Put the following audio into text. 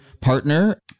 partner